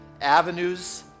avenues